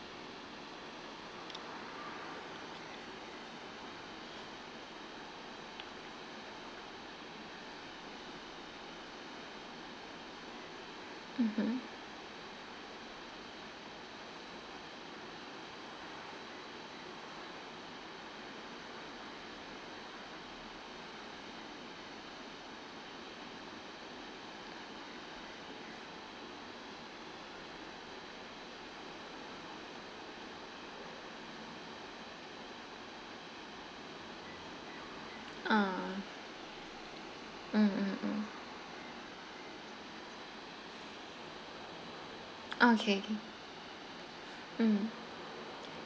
mmhmm ah um um um okay um